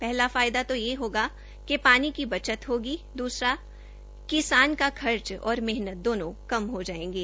पहला फायदा तो यह होगा कि पानी की बचत होगी दूसरा किसान का खर्च और मेहनत दोनो कम हो जायेंगे